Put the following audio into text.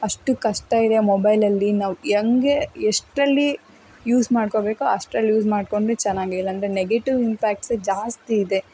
ಅಷ್ಟು ಕಷ್ಟ ಇದೆ ಮೊಬೈಲಲ್ಲಿ ನಾವು ಹೆಂಗೆ ಎಷ್ಟರಲ್ಲಿ ಯೂಸ್ ಮಾಡ್ಕೋಬೇಕೊ ಅಷ್ಟರಲ್ಲಿ ಯೂಸ್ ಮಾಡ್ಕೊಂಡರೆ ಚೆನ್ನಾಗಿ ಇಲ್ಲಾಂದರೆ ನೆಗೆಟಿವ್ ಇಂಪ್ಯಾಕ್ಟ್ಸೆ ಜಾಸ್ತಿ ಇದೆ